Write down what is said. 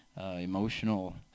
emotional